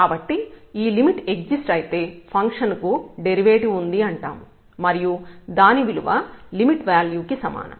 కాబట్టి ఈ limit exist అయితే ఫంక్షన్ కు డెరివేటివ్ ఉంది అని అంటాం మరియు దాని విలువ లిమిట్ వ్యాల్యూ కి సమానం